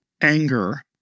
anger